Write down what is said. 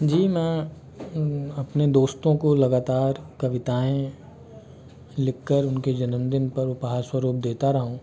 जी मैं अपने दोस्तों को लगातार कविताएं लिखकर उनके जन्मदिन पर उपहार स्वरूप देता रहा हूँ